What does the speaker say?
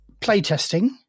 playtesting